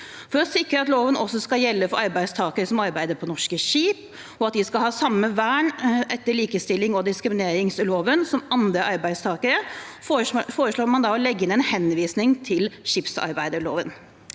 For å sikre at loven også skal gjelde for arbeidstakere som arbeider på norske skip, og at de skal ha samme vern etter likestillings- og diskrimineringsloven som andre arbeidstakere, foreslår man å legge inn en henvisning til skipsarbeidsloven.